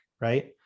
right